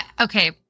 Okay